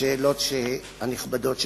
לשאלות הנכבדות ששאלת: